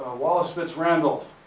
ah wallace fitz randolph,